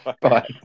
bye